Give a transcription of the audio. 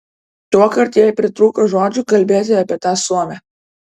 tuokart jai pritrūko žodžių kalbėti apie tą suomę